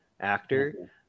actor